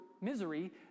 misery